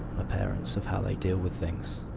parents of how they deal with things.